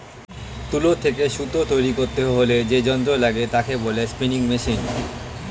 তুলো থেকে সুতো তৈরী করতে হলে যে যন্ত্র লাগে তাকে বলে স্পিনিং মেশিন